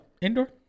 indoor